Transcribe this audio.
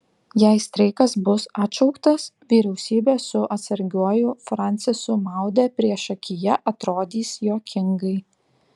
jei streikas bus atšauktas vyriausybė su atsargiuoju francisu maude priešakyje atrodys juokingai